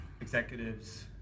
executives